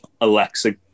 Alexa